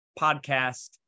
podcast